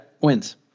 Wins